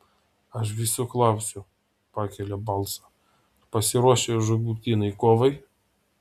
aš visų klausiu pakėlė balsą ar pasiruošę žūtbūtinei kovai